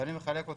ואני מחלק אותם,